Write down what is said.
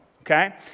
Okay